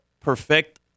perfect